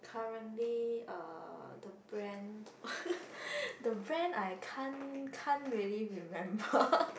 currently uh the brand the brand I can't can't really remember